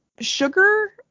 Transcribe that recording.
Sugar